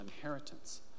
inheritance